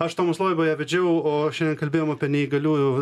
aš tomas loiba ją vedžiau o šiandien kalbėjom apie neįgaliųjų